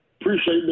Appreciate